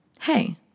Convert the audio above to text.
Hey